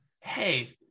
hey